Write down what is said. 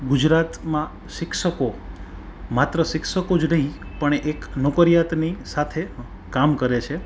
ગુજરાતમાં શિક્ષકો માત્ર શિક્ષકો જ નઈ પણ એક નોકરિયાતની સાથે કામ કરે છે